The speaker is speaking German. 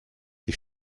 ich